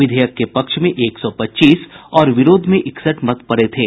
विधेयक के पक्ष में एक सौ पच्चीस और विरोध में इकसठ मत पड़े थे